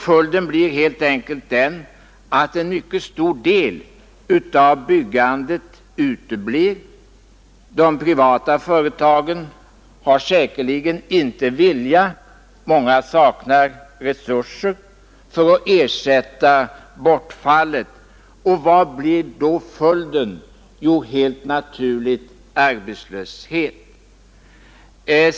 Följden blir helt enkelt den att en mycket stor del av byggandet uteblir. De privata företagen har säkerligen inte vilja — många av dem saknar resurser — att ersätta bortfallet. Vad leder det till? Helt naturligt till arbetslöshet.